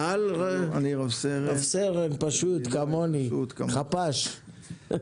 רס"ן פשוט כמוני, חפ"ש.